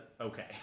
okay